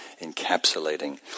encapsulating